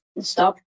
stop